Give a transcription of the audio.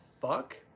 fuck